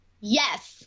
Yes